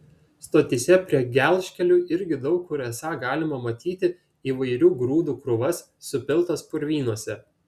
stotyse prie gelžkelių irgi daug kur esą galima matyti įvairių grūdų krūvas supiltas purvynuose